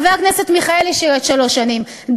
חבר הכנסת מיכאלי שירת שלוש שנים,